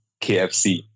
KFC